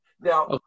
now